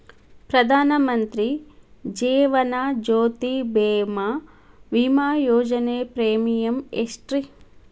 ಪ್ರಧಾನ ಮಂತ್ರಿ ಜೇವನ ಜ್ಯೋತಿ ಭೇಮಾ, ವಿಮಾ ಯೋಜನೆ ಪ್ರೇಮಿಯಂ ಎಷ್ಟ್ರಿ?